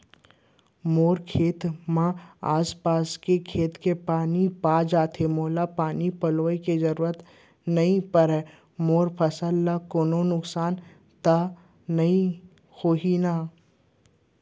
मोर खेत म आसपास के खेत के पानी आप जाथे, मोला पानी पलोय के जरूरत नई परे, मोर फसल ल कोनो नुकसान त नई होही न?